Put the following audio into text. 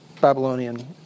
Babylonian